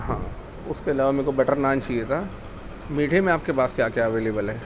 ہاں اس کے علاوہ میرے کو بٹر نان چاہیے تھا میٹھے میں آپ کے پاس کیا کیا اویلیبل ہے